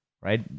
right